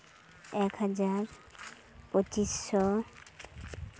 ᱮᱠ ᱦᱟᱡᱟᱨ ᱯᱚᱸᱪᱤᱥ ᱥᱚ